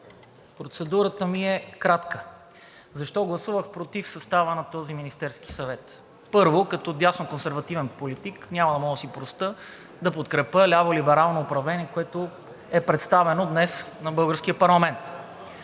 Процедурата ми е кратка. Защо гласувах против състава на този Министерски съвет? Първо, като дясноконсервативен политик няма да мога да си простя да подкрепя ляво-либерално управление, което е представено днес на българския парламент.